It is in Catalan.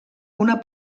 una